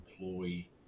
employee